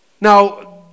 Now